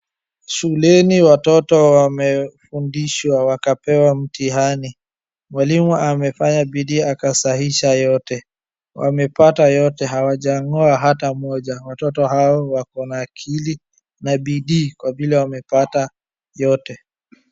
Shuleni watoto wamefundishwa wakapewa mtihani. Mwalimu amefanya bidii akasahihisha yote. Wamepata yote hawaja noa hata moja. Watoto hao wako na akili na bidii kwa vile wamepata yote.